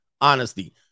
honesty